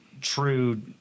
true